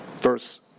Verse